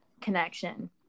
connection